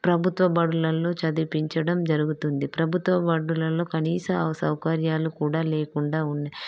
ప్రభుత్వ బడులలో చదివిపించడం జరుగుతుంది ప్రభుత్వ బడులలో కనీస అవ సౌకర్యాలు కూడా లేకుండా ఉం